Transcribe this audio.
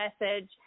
message